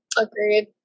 Agreed